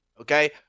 Okay